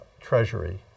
Treasury